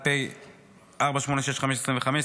פ/2561/25,